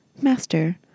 Master